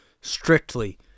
strictly